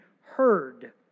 heard